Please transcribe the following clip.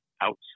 outside